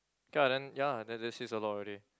okay lah then ya lah then that says a lot already